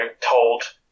told